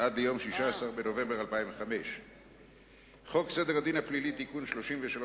עד ליום 16 בנובמבר 2005. חוק סדר הדין הפלילי (תיקון מס' 33